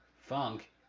Funk